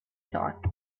thought